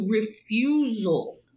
refusal